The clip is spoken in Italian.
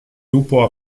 lupo